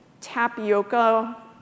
tapioca